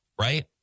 right